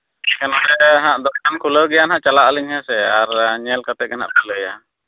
ᱥᱟᱢᱟᱝ ᱨᱮ ᱦᱚᱸᱜ ᱫᱚᱠᱟᱱ ᱠᱷᱩᱞᱟᱹᱣ ᱜᱮᱭᱟ ᱦᱟᱸᱜ ᱪᱟᱞᱟᱜᱼᱟᱞᱤᱧ ᱦᱮᱸᱥᱮ ᱟᱨ ᱧᱮᱞ ᱠᱟᱛᱮᱫ ᱜᱮ ᱱᱟᱜ ᱞᱤᱧ ᱞᱟᱹᱭᱟ